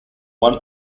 one